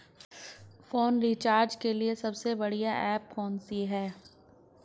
Phone recharge करने के लिए सबसे बढ़िया ऐप कौन सी है?